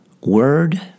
Word